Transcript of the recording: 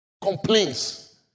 Complaints